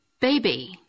baby